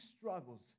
struggles